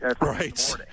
Right